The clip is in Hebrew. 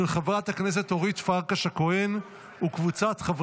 אושרה בקריאה הטרומית, ותעבור